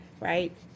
right